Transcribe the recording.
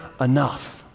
enough